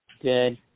Good